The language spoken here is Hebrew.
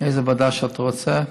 איזו ועדה שאתה רוצה.